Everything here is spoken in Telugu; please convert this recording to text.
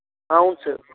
అవును సార్